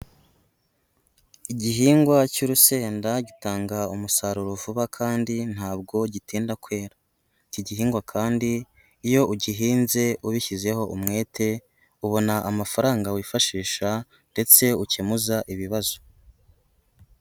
Igihingwa cy'urusenda gitanga umusaruro vuba kandi ntabwo gitinda kwera. Iki gihingwa kandi iyo ugihinze ubishyizeho umwete, ubona amafaranga wifashisha ndetse ukemuza ibibazo.